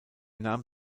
nahm